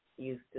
Use